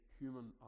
human